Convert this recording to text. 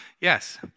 Yes